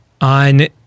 on